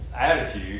attitude